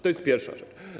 To jest pierwsza rzecz.